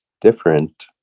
different